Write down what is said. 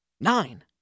Nine